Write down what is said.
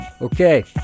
okay